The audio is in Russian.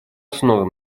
основы